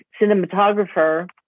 cinematographer